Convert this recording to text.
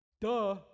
Duh